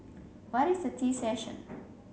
what is a tea session